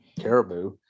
caribou